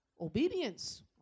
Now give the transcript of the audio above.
Obedience